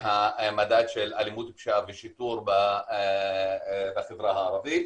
מהמדד של אלימות, פשיעה ושיטור בחברה הערבית.